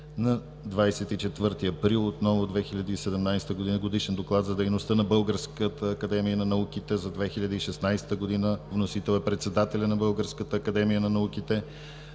На 24 април 2017 г. – Годишен доклад за дейността на Българската академия на науките за 2016 г. Вносител е председателят на Българската академия на науките.